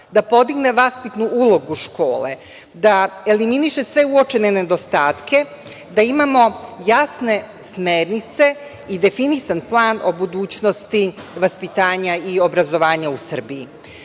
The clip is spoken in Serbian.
da podigne vaspitnu ulogu škole, da eliminiše sve uočene nedostatke, da imamo jasne smernice i definisan plan budućnosti vaspitanja i obrazovanja u Srbiji. Koliko